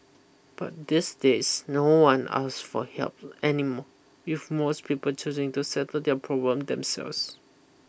but these days no one ask for help anymore if most people choosing to settle their problem themselves